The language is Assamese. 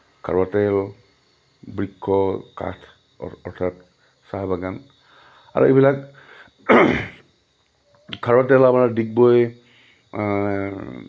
খাৰুৱা তেল বৃক্ষ কাঠ অৰ্থাৎ চাহ বাগান আৰু এইবিলাক খাৰুৱা তেল আমাৰ ডিগবৈ